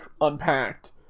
unpacked